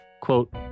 Quote